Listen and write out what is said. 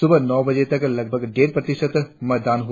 सुबह नौ बजे तक लगभग डेढ़ प्रतिशत हुआ मतदान था